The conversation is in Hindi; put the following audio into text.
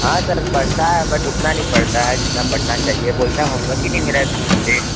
हाँ सर पड़ता है बट उतना नहीं पढ़ता है जितना पड़ता चाहिए बोलता है होमवर्क ही नहीं मिला है इस्कूल से